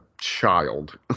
child